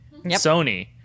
Sony